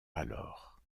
alors